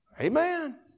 Amen